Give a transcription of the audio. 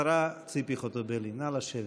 השרה ציפי חוטובלי, נא לשבת.